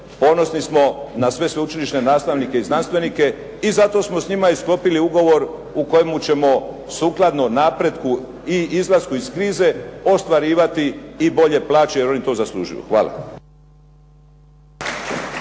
ponosni smo na sve sveučilišne nastavnike i znanstvenike i zato smo s njima i sklopili ugovor u kojemu ćemo sukladno napretku i izlasku iz krize ostvarivati i bolje plaće jer oni to zaslužuju. Hvala.